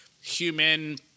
human